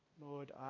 Lord